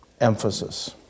emphasis